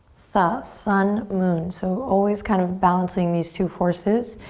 ah sun, moon. so always kind of balancing these two forces.